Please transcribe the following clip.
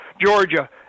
Georgia